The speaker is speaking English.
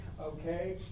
Okay